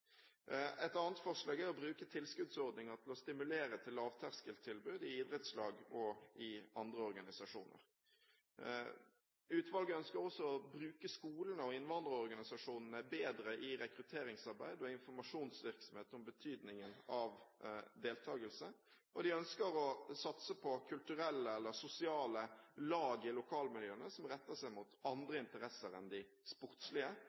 Et annet forslag er å bruke tilskuddsordninger til å stimulere til lavterskeltilbud i idrettslag og i andre organisasjoner. Utvalget ønsker også å bruke skolene og innvandrerorganisasjonene bedre i rekrutteringsarbeid og informasjonsvirksomhet om betydningen av deltakelse, og de ønsker å satse på kulturelle eller sosiale lag i lokalmiljøene som retter seg mot andre interesser enn de sportslige,